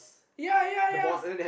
ya ya ya